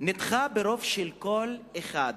נדחתה ברוב של קול אחד,